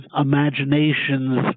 imaginations